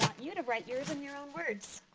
you to write yours in your own words.